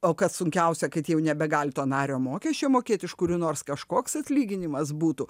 o kad sunkiausia kad jau nebegali to nario mokesčio mokėt iš kurių nors kažkoks atlyginimas būtų